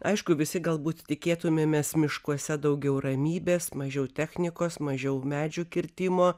aišku visi galbūt tikėtumėmės miškuose daugiau ramybės mažiau technikos mažiau medžių kirtimo